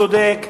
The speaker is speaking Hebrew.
צודק,